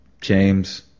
James